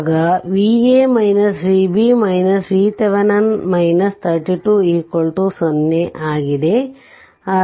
ಆದುದ್ದರಿಂದ Va Vb VThevenin 32 0 ಆಗಿದೆ